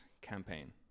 campaign